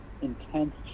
intense